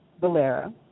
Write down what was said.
Valera